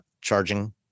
charging